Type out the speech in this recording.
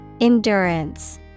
Endurance